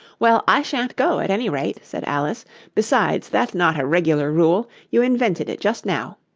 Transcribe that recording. well, i shan't go, at any rate said alice besides, that's not a regular rule you invented it just now